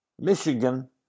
Michigan